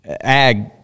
ag